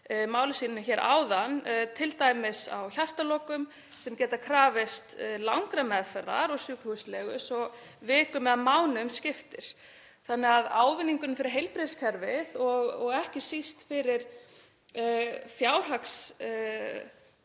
máli sínu hér áðan, t.d. í hjartalokum sem geta krafist langrar meðferðar og sjúkrahúslegu svo vikum eða mánuðum skiptir þannig að ávinningurinn fyrir heilbrigðiskerfið og ekki síst fyrir fjárhagslega